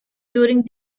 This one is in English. during